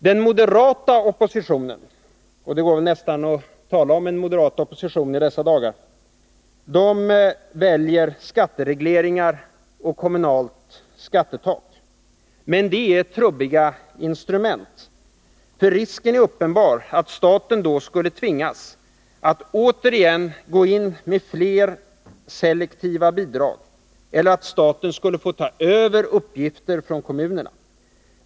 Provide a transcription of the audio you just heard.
Den moderata oppositionen — det går väl nästan att tala om en moderat opposition i dessa dagar — väljer skatteregleringar och kommunalt skattetak. Men det är trubbiga instrument, för risken är uppenbar att staten skulle tvingas att återigen gå in med selektiva bidrag eller att staten skulle få ta över uppgifter från kommunerna.